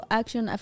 action